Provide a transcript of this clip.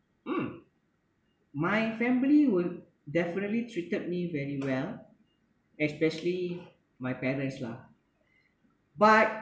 mm my family would definitely treated me very well especially my parents lah but